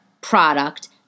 product